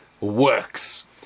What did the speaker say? works